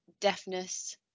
Deafness